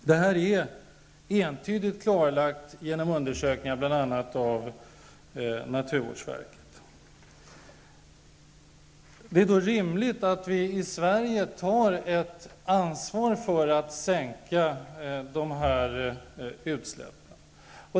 Detta är entydigt klarlagt genom undersökningar av bl.a. naturvårdsverket. Då är det rimligt att vi i Sverige tar ett ansvar för att minska dessa utsläpp.